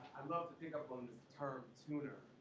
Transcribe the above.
i'm not picking up on this term tuner.